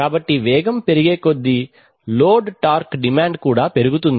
కాబట్టి వేగం పెరిగే కొద్దీ లోడ్ టార్క్ డిమాండ్ కూడా పెరుగుతుంది